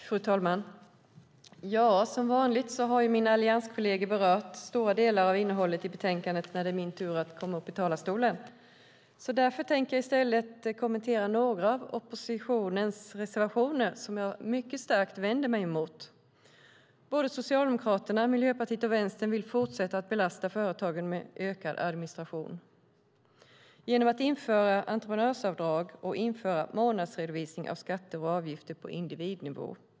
Fru talman! Som vanligt har mina allianskolleger berört stora delar av innehållet i betänkandet när det är min tur att komma upp i talarstolen. Därför ska jag kommentera några av oppositionens reservationer som jag starkt vänder mig emot. Både Socialdemokraterna, Miljöpartiet och Vänstern vill fortsätta att belasta företagen med ökad administration genom att införa entreprenörsavdrag och månadsredovisning av skatter och avgifter på individnivå.